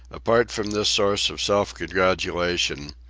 apart from this source of self-congratulation,